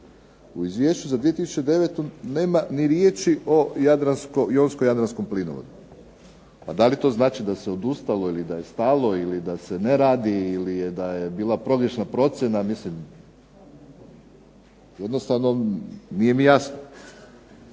U Izvješću za 2009. nema niti riječi o Jadransko-jonskom plinovodu, pa da li to znači da se odustalo, da se ne radi, da je bila pogrešna procjena, jednostavno nije mi jasno.